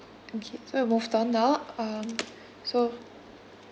okay so we moved on now um so